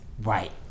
right